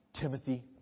Timothy